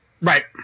Right